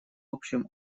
общем